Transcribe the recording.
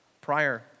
prior